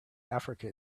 africa